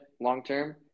long-term